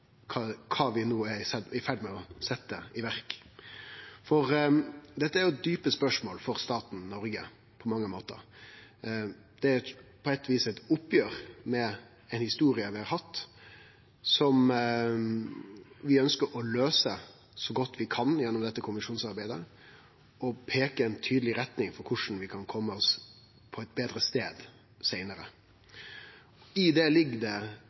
kva vi no er i ferd med å setje i verk. Dette er djupe spørsmål for staten Noreg, på mange måtar, og på eit vis eit oppgjer med ei historie vi har hatt, som vi ønskjer å løyse så godt vi kan gjennom dette kommisjonsarbeidet, og peike ut ei tydeleg retning for korleis vi kan kome oss på ein betre stad seinare. I det ligg